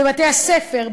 בבתי-הספר,